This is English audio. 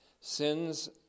Sins